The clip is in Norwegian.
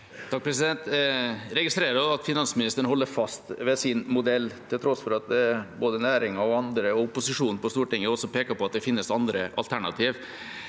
(H) Jeg registrerer at finans- ministeren holder fast ved sin modell, til tross for at både næringen og andre – og opposisjonen på Stortinget – har pekt på at det finnes andre alternativ.